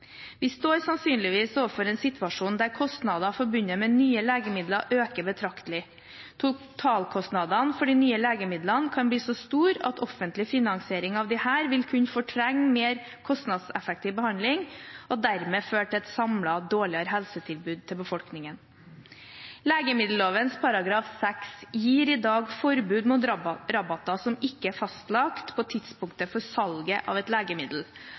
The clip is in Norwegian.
Vi står sannsynligvis overfor en situasjon der kostnader forbundet med nye legemidler øker betraktelig. Totalkostnadene for de nye legemidlene kan bli så store at offentlig finansiering av dem vil kunne fortrenge mer kostnadseffektiv behandling og dermed føre til et samlet dårligere helsetilbud til befolkningen. Legemiddelloven § 6 gir i dag forbud mot rabatter som ikke er fastlagt på tidspunktet for salget av et legemiddel,